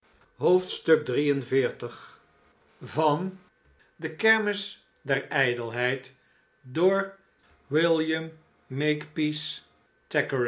i oclocrooococoocococooclf de kermis der ijdelheid van william